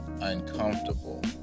uncomfortable